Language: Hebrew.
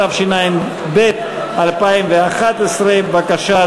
התשע"ב 2011. בבקשה,